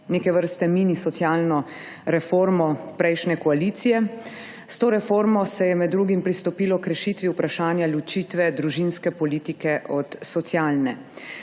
neke vrste mini socialno reformo prejšnje koalicije. S to reformo se je med drugim pristopilo k rešitvi vprašanja ločitve družinske politike od socialne.